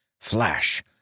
Flash